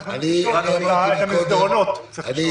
צריך ללכת במסדרונות, צריך לשאול שם.